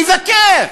לבקר,